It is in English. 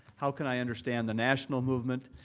how can i understand the national movement,